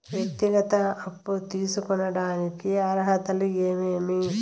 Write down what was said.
వ్యక్తిగత అప్పు తీసుకోడానికి అర్హతలు ఏమేమి